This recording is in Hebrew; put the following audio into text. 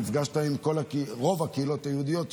נפגשת עם רוב הקהילות היהודיות שם.